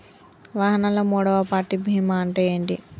వాహనాల్లో మూడవ పార్టీ బీమా అంటే ఏంటి?